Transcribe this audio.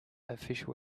official